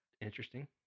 interesting